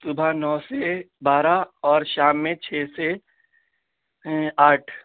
صبح نو سے بارہ اور شام میں چھ سے آٹھ